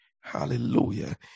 Hallelujah